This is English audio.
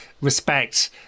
respect